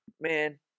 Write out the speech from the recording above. Man